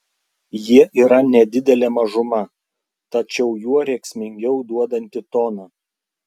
jie yra nedidelė mažuma tačiau juo rėksmingiau duodanti toną